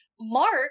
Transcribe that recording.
Mark